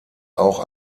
auch